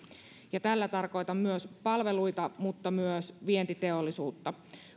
tällä tarkoitan palveluita mutta myös vientiteollisuutta